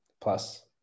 Plus